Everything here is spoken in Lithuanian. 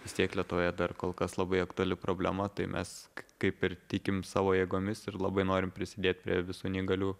vis tiek lietuvoje dar kol kas labai aktuali problema tai mes kaip ir tikim savo jėgomis ir labai norim prisidėtiprie visų neįgalių